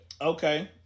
Okay